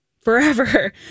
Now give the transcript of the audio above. forever